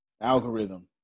algorithm